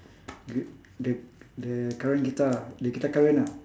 the the the current guitar ah the guitar current ah